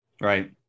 Right